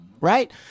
Right